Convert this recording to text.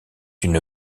une